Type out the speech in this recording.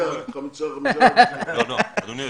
אדוני,